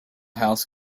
house